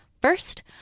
First